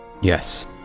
Yes